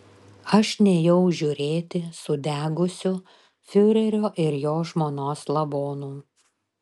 aš nėjau žiūrėti sudegusių fiurerio ir jo žmonos lavonų